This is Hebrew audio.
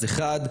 אחד,